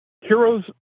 Heroes